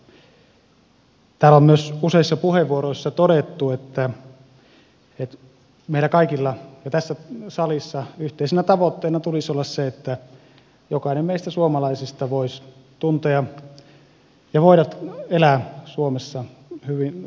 täällä on myös useissa puheenvuoroissa todettu että meillä kaikilla tässä salissa yhteisenä tavoitteena tulisi olla se että jokainen meistä suomalaisista voisi elää suomessa hyvin turvallisesti